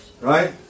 Right